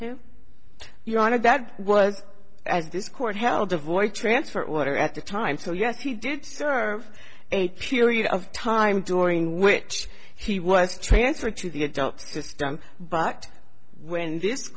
to your honor that was as this court held a void transfer order at the time so yes he did serve a period of time during which he was transferred to the adult just dump but when this